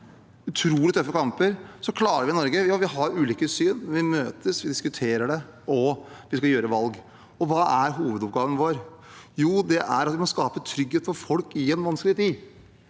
utrolig tøffe kamper, klarer vi i Norge, selv om vi har ulike syn, å møtes, vi diskuterer, og vi skal gjøre valg. Hva er hovedoppgaven vår? Jo, det er å skape trygghet for folk i en vanskelig tid.